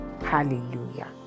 Hallelujah